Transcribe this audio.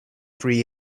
three